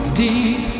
deep